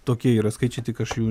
tokie yra skaičiai tik aš jų